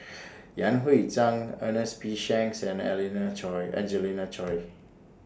Yan Hui Chang Ernest P Shanks and Elena Choy Angelina Choy